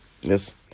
Yes